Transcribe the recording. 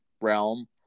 realm